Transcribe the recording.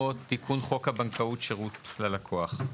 תיקון חוק הבנקאות (שירות ללקוח).